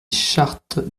chartes